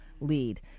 lead